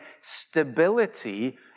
stability